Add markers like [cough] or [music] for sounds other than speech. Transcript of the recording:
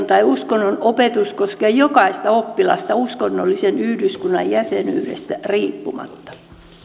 [unintelligible] tai uskonnon opetus koskee jokaista oppilasta uskonnollisen yhdyskunnan jäsenyydestä riippumatta